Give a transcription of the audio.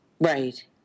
Right